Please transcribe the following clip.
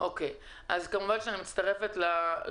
אני רוצה שפניות כאלה יגיעו אליי